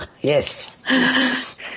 Yes